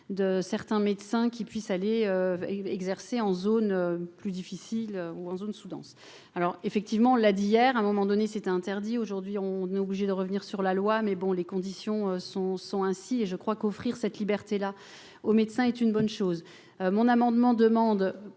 de certains médecins qui puisse aller exercer en zone plus difficile ou en zone sous-dense alors effectivement là d'hier, à un moment donné, c'était interdit, aujourd'hui on est obligé de revenir sur la loi, mais bon, les conditions sont sont ainsi et je crois qu'offrir cette liberté-là, au médecin est une bonne chose, mon amendement demande